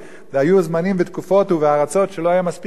והיו זמנים ותקופות וארצות שלא היה מספיק ספרים,